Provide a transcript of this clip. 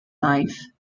life